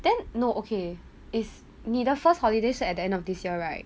then no okay is 你的 first holidays 是 at the end of this year right